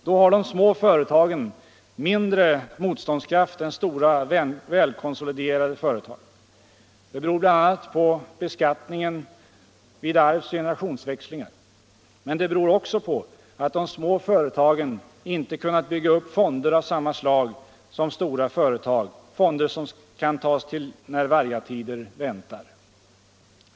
Då har de små företagen mindre motståndskraft än stora välkonsoliderade företag. Det beror bl.a. på beskattningsreglerna vid arvsoch generationsväxlingar. Men det beror också på att de små företagen inte kunnat bygga upp fonder av samma slag som stora företag — fonder som kan tas till när vargatider väntar.